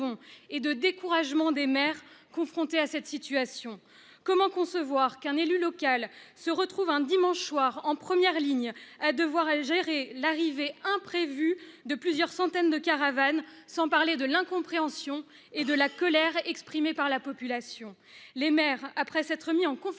et de découragement des maires confrontés à une telle situation. Comment concevoir qu'un élu local se retrouve un dimanche soir, en première ligne, à devoir gérer l'arrivée imprévue de plusieurs centaines de caravanes, sans parler de l'incompréhension et de la colère exprimées par la population ? Les maires, après s'être mis en conformité